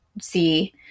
see